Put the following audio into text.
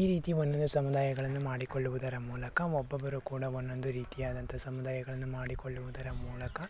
ಈ ರೀತಿಯ ಒಂದು ಸಮುದಾಯಗಳನ್ನು ಮಾಡಿಕೊಳ್ಳುವುದರ ಮೂಲಕ ಒಬ್ಬೊಬ್ಬರು ಕೂಡ ಒಂದೊಂದು ರೀತಿಯಾದಂಥ ಸಮುದಾಯಗಳನ್ನು ಮಾಡಿಕೊಳ್ಳುವುದರ ಮೂಲಕ